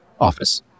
Office